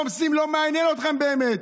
רומסים, לא מעניין אתכם באמת.